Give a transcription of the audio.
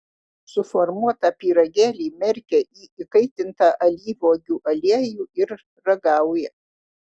suformuotą pyragėlį merkia į įkaitintą alyvuogių aliejų ir ragauja